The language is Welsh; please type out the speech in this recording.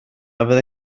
fyddai